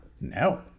no